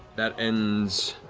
that ends